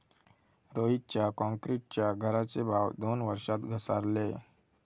रोहितच्या क्रॉन्क्रीटच्या घराचे भाव दोन वर्षात घसारले